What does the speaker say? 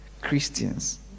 Christians